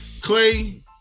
Clay